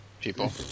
people